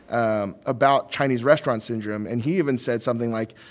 um about chinese restaurant syndrome. and he even said something like,